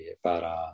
para